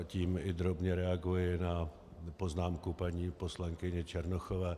Tím i drobně reaguji na poznámku paní poslankyně Černochové.